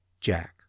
Jack